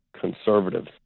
conservatives